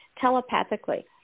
telepathically